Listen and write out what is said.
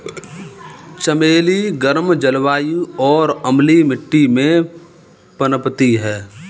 चमेली गर्म जलवायु और अम्लीय मिट्टी में पनपती है